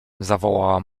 zawołała